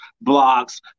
blocks